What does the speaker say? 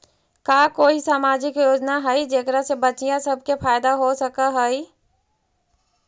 का कोई सामाजिक योजना हई जेकरा से बच्चियाँ सब के फायदा हो सक हई?